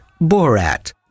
Borat